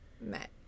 met